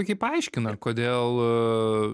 puikiai paaiškina kodėl